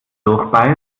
durchbeißt